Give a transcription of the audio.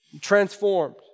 transformed